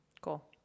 cool